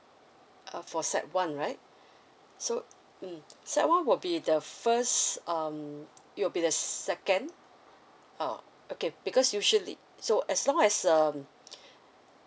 uh for sec one right so mm sec one will be the first um it will be the second uh okay because usually so as long as um